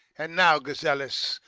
and now, gazellus,